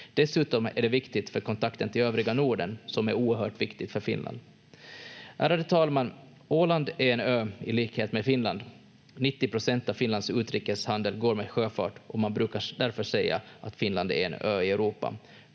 Dessutom är det viktigt för kontakten till övriga Norden, som är oerhört viktig för Finland. Ärade talman! Åland är en ö, i likhet med Finland. 90 procent av Finlands utrikeshandel går med sjöfart, och man brukar därför säga att Finland är en ö i Europa.